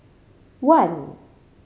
one